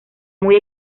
muy